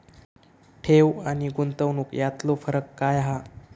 ठेव आनी गुंतवणूक यातलो फरक काय हा?